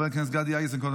חבר הכנסת גדי איזנקוט,